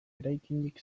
eraikinik